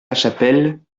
lachapelle